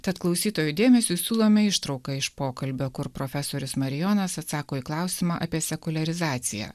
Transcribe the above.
tad klausytojų dėmesiui siūlome ištrauką iš pokalbio kur profesorius marijonas atsako į klausimą apie sekuliarizaciją